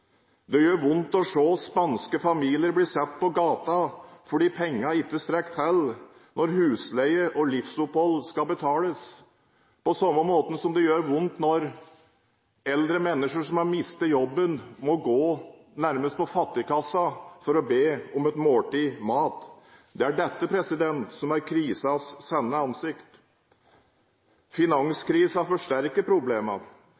Det gjør vondt å se spanske familier som blir satt på gaten, fordi pengene ikke strekker til når husleie og livsopphold skal betales. På samme måte gjør det vondt når eldre mennesker som har mistet jobben, nærmest må gå på fattigkassa for å be om et måltid mat. Det er dette som er krisens sanne ansikt. Finanskrisen forsterker problemene.